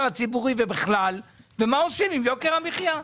הציבורי ובכלל ומה עושים עם יוקר המחיה.